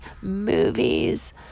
movies